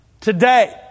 today